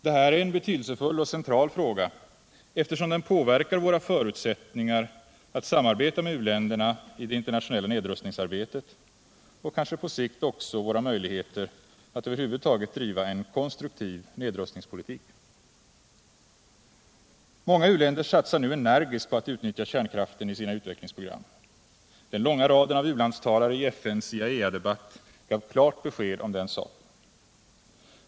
Detta är en betydelsefull och central fråga, eftersom den påverkar våra förutsättningar att samarbeta med u-länderna i det internationella nedrustningsarbetet och kanske på sikt också våra möjligheter att över huvud taget driva en konstruktiv nedrustningspolitik. Många u-länder satsar nu energiskt på att utnyttja kärnkraften i sina utvecklingsprogram. Den långa raden av u-landstalare i FN:s IAEA-debatt gav klart besked om den saken.